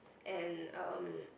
and um